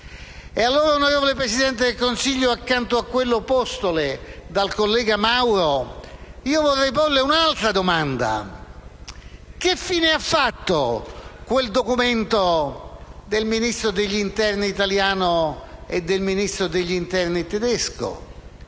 E allora, signor Presidente del Consiglio, accanto a quello postole dal collega Mauro, io vorrei porre un altro quesito: che fine ha fatto quel documento del Ministro degli interni italiano e del Ministro degli interni tedesco